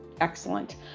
Excellent